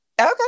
okay